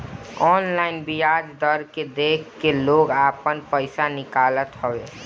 online बियाज दर के देख के लोग आपन पईसा निकालत हवे